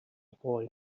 ddwy